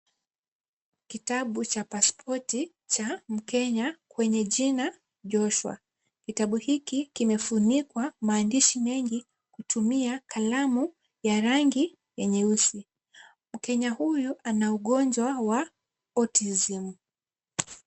Kitabu cha pasipoti cha mkenya kwenye jina Joshua. Kitabu hiki kimefunikwa maandishi mengi kutumia kalamu ya rangi ya nyeusi. Mkenya huyu ana ugonjwa wa(cs)autism .